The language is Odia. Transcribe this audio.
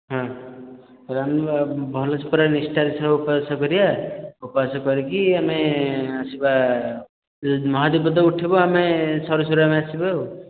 ହଁ ଆମେ ଭଲସେ ପୁରା ନିଷ୍ଠାର ସହ ଉପାସ କରିବା ଉପାସ କରିକି ଆମେ ଆସିବା ମହାଦୀପ ତ ଉଠିବ ଆମେ ସରୁ ସରୁ ଆମେ ଆସିବା ଆଉ